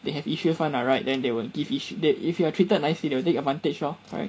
they have issues [one] ah right then they will give each that if you are treated nicely they will take advantage lor correct